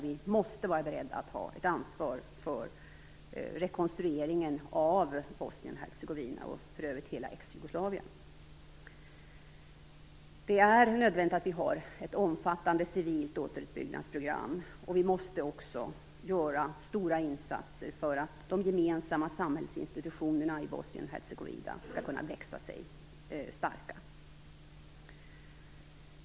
Vi måste vara beredda att ta ett ansvar för rekonstruktionen av Bosnien-Hercegovina, och för övrigt hela Exjugoslavien. Det är nödvändigt att vi har ett omfattande civilt återuppbyggnadsprogram. Vi måste också göra stora insatser för att de gemensamma samhällsinstitutionerna i Bosnien-Hercegovina skall kunna växa sig starka.